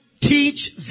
Teach